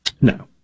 No